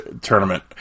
tournament